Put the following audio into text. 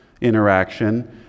interaction